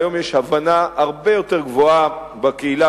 והיום יש הבנה הרבה יותר גבוהה בקהילה